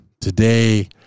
Today